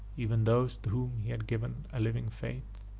even those to whom he had given a living faith,